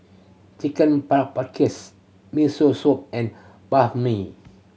Chicken Miso Soup and Banh Mi